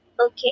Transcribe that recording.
Okay